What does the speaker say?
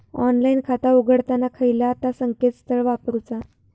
Online खाता उघडताना खयला ता संकेतस्थळ वापरूचा?